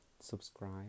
subscribe